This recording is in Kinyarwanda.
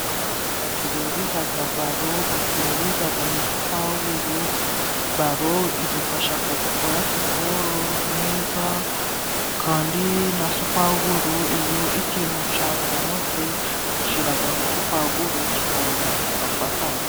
Ahantu bacururiza baro, bacururiza na supaguru, baro idufasha gukora siporo neza, kandi na supaguru iyo ikintu cyapfumutse, ushyiraho supaguru kikongera kigafatana.